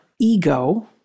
ego